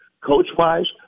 coach-wise